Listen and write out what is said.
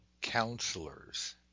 counselors